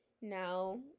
now